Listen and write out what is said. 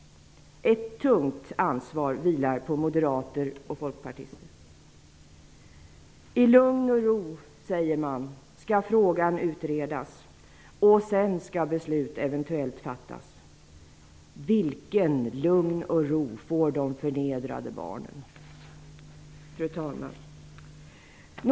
Ett tungt ansvar vilar på moderater och folkpartister. I lugn och ro skall frågan utredas, säger man. Sedan skall beslut eventuellt fattas. Vilket lugn och vilken ro får de förnedrade barnen? Fru talman!